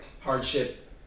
hardship